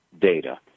data